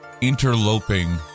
interloping